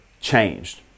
changed